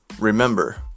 Remember